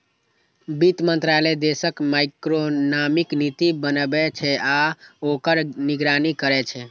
वित्त मंत्रालय देशक मैक्रोइकोनॉमिक नीति बनबै छै आ ओकर निगरानी करै छै